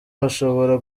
bashobora